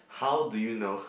how do you know